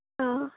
ꯑꯥ